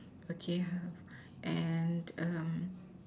okay ha and um